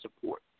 support